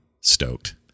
stoked